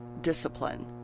discipline